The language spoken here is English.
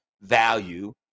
value